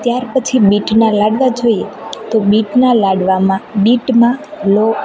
ત્યાર પછી બીટના લાડવા જોઈએ તો બીટના લાડવામાં બીટમાં લોહ